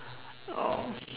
oh